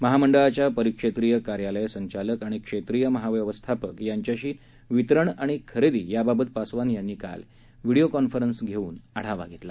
महामंडळाच्या परिक्षेत्रिय कार्यकारी संचालक आणि क्षेत्रिय महाव्यवस्थापक यांच्याशी वितरण आणि खरेदी याबाबत पासवान यांनी काल व्हिडिओ कॉन्फरन्स घेऊन आढावा घेतला